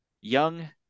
young